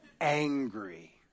Angry